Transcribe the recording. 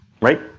right